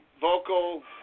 vocal